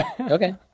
Okay